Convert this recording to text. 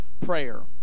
prayer